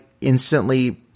instantly